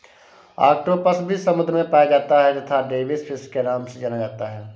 octopus भी समुद्र में पाया जाता है तथा डेविस फिश के नाम से जाना जाता है